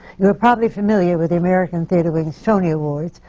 you're probably familiar with the american theatre wing's tony awards,